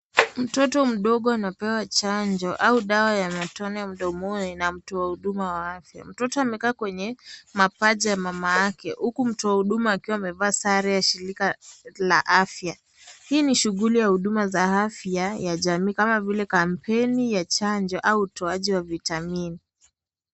Mtoto mdogo anapewa chanjo au dawa ya matone mdomoni na mtu wa huduma wa afya. Mtoto amekaa kwenye mapaja ya mama yake huku mtu wa huduma akiwa amevaa sare ya shirika la afya. Hii ni shuguli ya huduma za afya ya jamii, kama vile kampeni ya chanjo au utoaji wa vitamini.